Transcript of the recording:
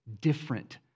different